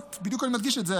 בדיוק אני מדגיש את זה,